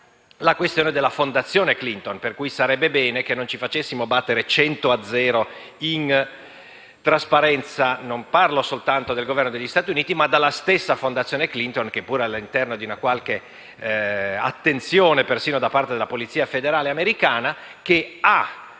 la questione della fondazione Clinton. Pertanto sarebbe bene che non ci facessimo battere cento a zero in fatto di trasparenza, non soltanto dal Governo degli Stati Uniti, ma dalla stessa fondazione Clinton - che pure è all'interno di una qualche attenzione persino da parte della polizia federale americana - la